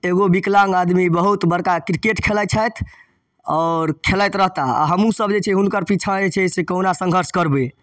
एगो विकलांग आदमी बहुत बड़का क्रिकेट खेलाइ छथि आओर खेलाइत रहता आओर हमहूँसभ जे छै से हुनकर पीछा जे छै से कहुना संघर्ष करबै